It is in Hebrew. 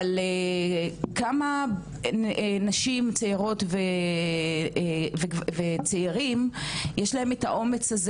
אבל כמה נשים צעירות וצעירים יש להם את האומץ הזה